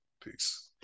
Peace